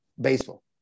baseball